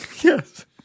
Yes